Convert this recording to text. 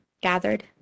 gathered